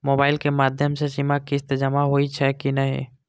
Mobile के माध्यम से सीमा किस्त जमा होई छै कि नहिं?